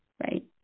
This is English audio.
right